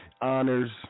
honors